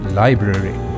library